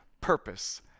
purpose